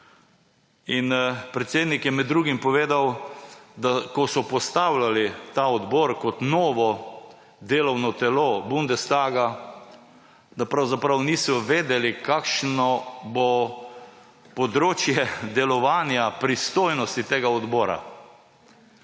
in predsednik je med drugim povedal, da ko so postavljali ta odbor kot novo delovno telo bundestaga, da pravzaprav niso vedeli, kakšno bo področje delovanja, pristojnosti tega odbora.